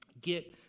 Get